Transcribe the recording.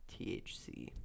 THC